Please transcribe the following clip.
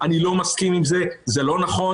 אני לא מסכים עם זה, זה לא נכון.